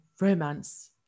romance